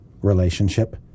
relationship